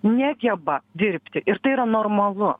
negeba dirbti ir tai yra normalu